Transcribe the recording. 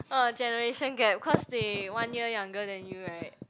uh generation gap cause they one year younger than you right